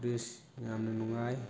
beach ꯌꯥꯝꯅ ꯅꯨꯡꯉꯥꯏ